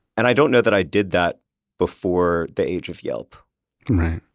and i don't know that i did that before the age of yelp right.